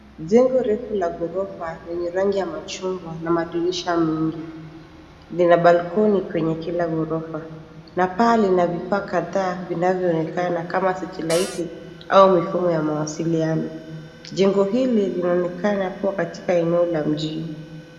Jengo refu la ghorofa yenye rangi ya machungwa na madirisha mengi. Lina balcony kwenye kila ghorofa na paa lina vifaa kadhaa vinavyoonekana kama satellite au mifumo ya mawasiliano. Jengo hili linaonekana kuwa katika eneo la mjini.